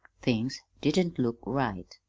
things didn't look right.